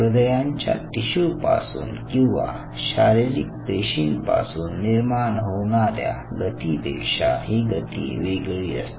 हृदयांच्या टिशूपासून किंवा शारीरिक पेशीपासून निर्माण होणाऱ्या गती पेक्षा ही गती वेगळी असते